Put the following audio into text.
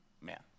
man